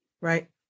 Right